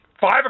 Five